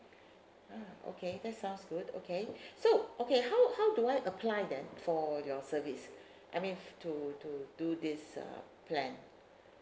ah okay that's sounds good okay so okay how how do I apply then for your service I mean to to do this uh plan